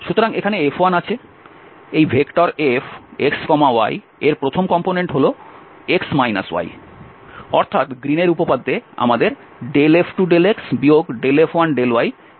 সুতরাং এখানে F1আছে এই Fxy এর প্রথম কম্পোনেন্ট হল x y অর্থাৎ গ্রীনের উপপাদ্যে আমাদের F2∂x F1∂y গণনা করতে হবে